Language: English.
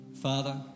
Father